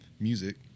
music